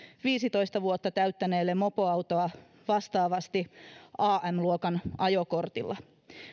viisitoista vuotta täyttäneelle mopoautoa vastaavasti am luokan ajokortilla